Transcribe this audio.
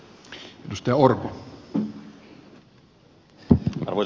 arvoisa herra puhemies